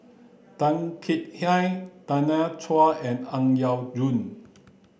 Tan Kek Hiang Tanya Chua and Ang Yau Choon